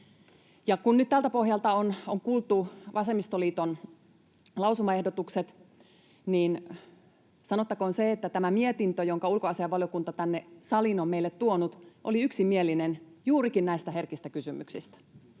Kun nyt tältä pohjalta on kuultu vasemmistoliiton lausumaehdotukset, niin sanottakoon se, että tämä mietintö, jonka ulkoasiainvaliokunta tänne saliin on meille tuonut, oli yksimielinen juurikin näistä herkistä kysymyksistä,